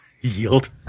Yield